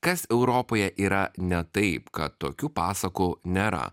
kas europoje yra ne taip kad tokių pasakų nėra